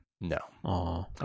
No